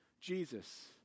Jesus